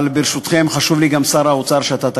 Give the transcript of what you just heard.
אבל, ברשותכם, חשוב לי גם, שר האוצר, שאתה תקשיב.